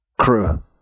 crew